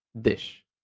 dish